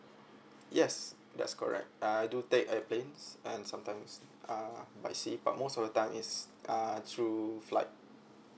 yes that's correct uh I do take airplanes and sometimes uh by sea but most of the time is uh through flight